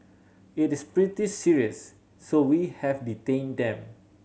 it is pretty serious so we have detain them